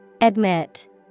Admit